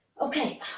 Okay